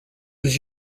was